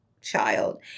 child